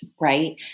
right